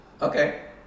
Okay